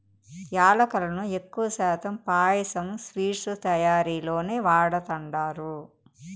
యాలుకలను ఎక్కువ శాతం పాయసం, స్వీట్స్ తయారీలోనే వాడతండారు